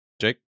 Jake